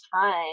time